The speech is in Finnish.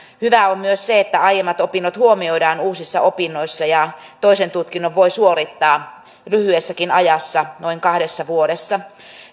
hyvää on myös se että aiemmat opinnot huomioidaan uusissa opinnoissa ja toisen tutkinnon voi suorittaa lyhyessäkin ajassa noin kahdessa vuodessa